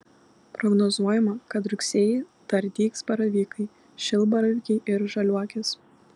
prognozuojama kad rugsėjį dar dygs baravykai šilbaravykiai ir žaliuokės